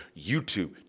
YouTube